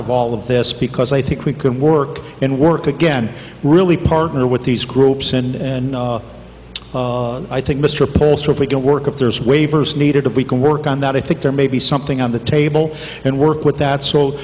of all of this because i think we can work and work again really partner with these groups and i think mr pollster if we can work if there's waivers needed if we can work on that i think there may be something on the table and work with that so